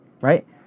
right